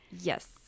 Yes